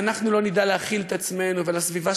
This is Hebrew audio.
אם אנחנו לא נדע להכיל את עצמנו ולסביבה